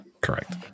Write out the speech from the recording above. Correct